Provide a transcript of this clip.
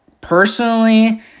personally